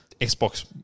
Xbox